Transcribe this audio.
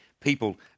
people